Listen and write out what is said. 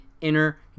inner